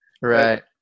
Right